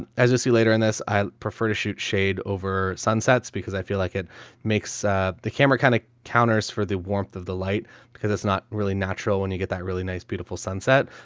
um as you'll see later in this, i prefer to shoot shade over sunsets because i feel like it makes the camera kind of counters for the warmth of the light because it's not really natural when you get that really nice, beautiful sunset.